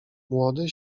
młody